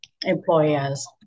employers